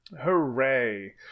hooray